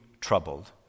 troubled